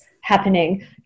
happening